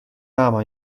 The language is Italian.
ama